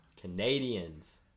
Canadians